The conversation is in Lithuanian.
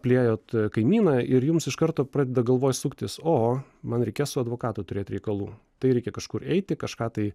apliejote kaimyną ir jums iš karto pradeda galvoj suktis o o man reikės su advokatu turėt reikalų tai reikia kažkur eiti kažką tai